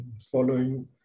following